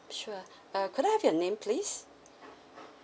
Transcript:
sure uh could I have your name please